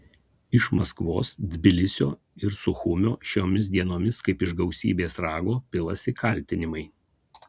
iš maskvos tbilisio ir suchumio šiomis dienomis kaip iš gausybės rago pilasi kaltinimai